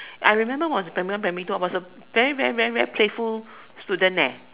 I remember was primary one primary two I was a very very very playful student eh